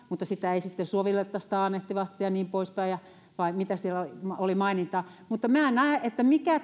mutta sitä ei sitten sovellettaisi taannehtivasti ja niin pois päin vai mikä siellä oli maininta mutta minä en näe mikä